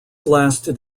lasted